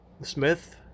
Smith